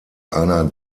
einer